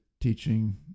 teaching